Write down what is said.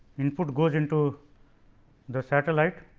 input goes into the satellite